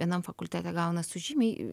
vienam fakultete gauna su žymiai